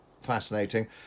fascinating